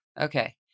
okay